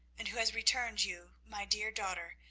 and who has returned you, my dear daughter,